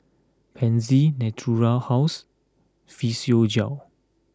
Pansy Natura House Physiogel